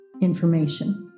information